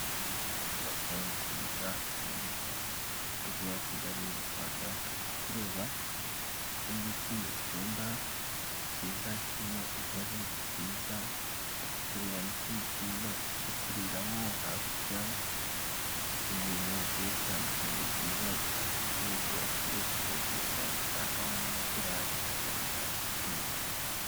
Iyi ni inyubako nziza iherereye mu Mujyi wa Kigali mu Rwanda. Tukaba tureba: ikingiki ni cyumba cyiza kirimo intebe nziza, tukaba turebana n'ikindi cyumba cyo kuriramo hakurya, ibintu bitandukanye byiza wabisanga muri iyi nzu, aba ari iyo gukodesha amafaranga angana n'amadolari magana inani ku kwezi.